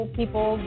people